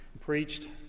preached